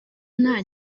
nta